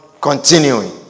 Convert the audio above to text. continuing